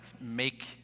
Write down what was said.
make